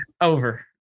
Over